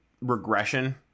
regression